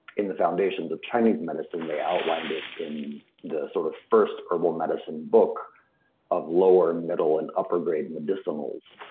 in the foundations of chinese medicine they outlined it in the sort of first herbal medicine book of lower, middle, and upper grade medicinals,